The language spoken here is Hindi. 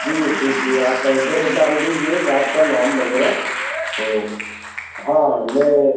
जी जी जी आप एड्रेस डाल दीजिए शाप का नाम वगैरह तो हाँ हाँ मे